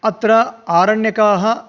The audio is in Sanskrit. अत्र आरण्यकाः